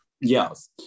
Yes